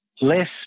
less